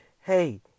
hey